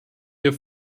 wir